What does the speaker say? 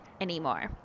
anymore